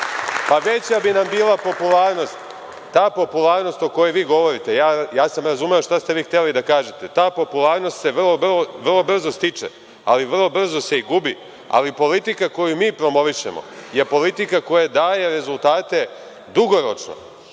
veća bi nam bila popularnost. Ta popularnost o kojoj vi govorite. Ja sam razumeo šta ste vi hteli da kažete. Ta popularnost se vrlo brzo stiče, ali vrlo brzo se i gubi, ali politika koju mi promovišemo je politika koja daje rezultate dugoročno.U